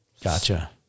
Gotcha